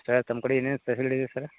sir ತಮ್ಮ ಕಡೆ ಏನೇನು ಫೆಸಿಲಿಟಿ ಇದೆ ಸರ್ರ